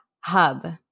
Hub